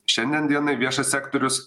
šiandien dienai viešas sektorius